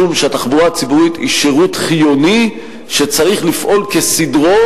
משום שהתחבורה הציבורית היא שירות חיוני שצריך לפעול כסדרו,